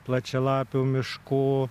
plačialapių miškų